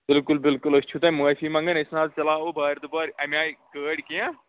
بالکل بالکل أسۍ چھُ تۄہہِ معٲفی منٛگَان أسۍ نہ حظ چَلاہو بارِدُبارٕ اَمہِ آے گٲڑۍ کینٛہہ